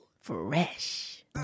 Fresh